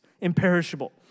Imperishable